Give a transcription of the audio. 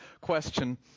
question